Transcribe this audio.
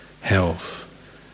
health